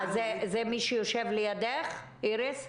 מישהי שיושבת לידך, איריס?